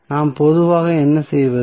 நாம் பொதுவாக என்ன செய்வது